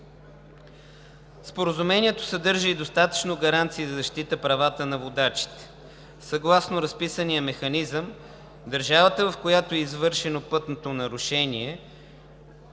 Споразумението съдържа и достатъчно гаранции за защита правата на водачите. Съгласно разписания механизъм държавата, в която е извършено пътното нарушение,